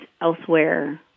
elsewhere